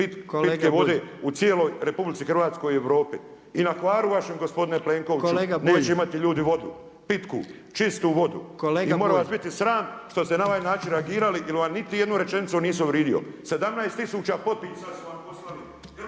pitke vode u cijeloj RH i u Europi i na Hvaru vašem gospodin Plenkoviću neće imati ljudi vodu, pitu, čistu vodu i more vas biti sram što ste na ovaj način reagirali, jer niti jednu rečenicu nisam uvrijedio. 17000 potpisa su vam poslali